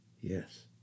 Yes